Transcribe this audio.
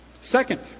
Second